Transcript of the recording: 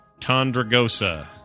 Tondragosa